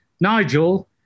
Nigel